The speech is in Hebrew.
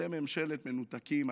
אתם ממשלת מנותקים,